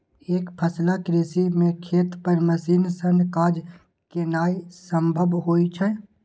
एकफसला कृषि मे खेत पर मशीन सं काज केनाय संभव होइ छै